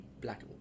black